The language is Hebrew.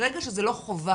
ברגע שזה לא חובה,